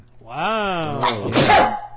Wow